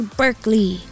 berkeley